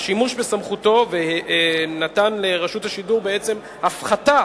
שימוש בסמכותו ונתן לרשות השידור הפחתה